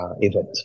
event